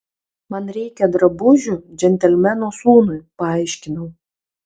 man reikia drabužių džentelmeno sūnui paaiškinau